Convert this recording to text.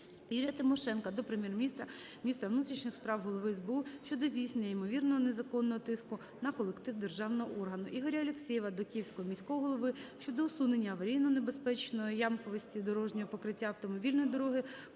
Юрія Тимошенка до Прем'єр-міністра, міністра внутрішніх справ Голови СБУ щодо здійснення ймовірного незаконного тиску на колектив державного органу. Ігоря Алексєєва до Київського міського голови щодо усунення аварійно-небезпечної ямковості дорожнього покриття автомобільної дороги